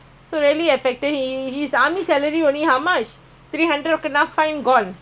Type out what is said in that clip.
correct a not